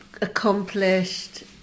Accomplished